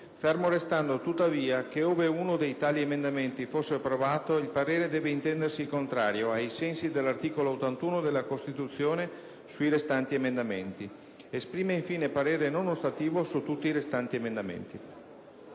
fermo restando tuttavia che ove uno di tali emendamenti fosse approvato, il parere deve intendersi contrario, ai sensi dell'articolo 81 della Costituzione sui restanti emendamenti. Esprime infine parere non ostativo su tutti i restanti emendamenti».